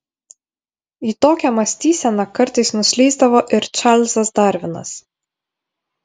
į tokią mąstyseną kartais nuslysdavo ir čarlzas darvinas